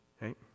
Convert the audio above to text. right